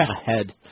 ahead